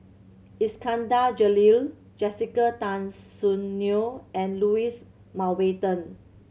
Iskandar Jalil Jessica Tan Soon Neo and Louis Mountbatten